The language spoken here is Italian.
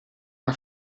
una